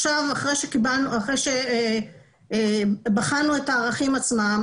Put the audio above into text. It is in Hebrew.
אחרי שבחנו את הערכים עצמם,